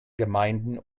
gemeinden